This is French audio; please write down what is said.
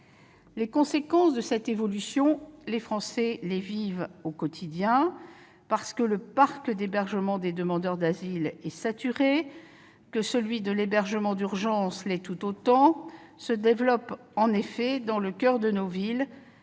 Les conséquences de cette évolution, les Français les vivent au quotidien parce que le parc d'hébergement des demandeurs d'asile est saturé, que celui de l'hébergement d'urgence l'est tout autant et que se développent dans le coeur de nos villes